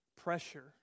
pressure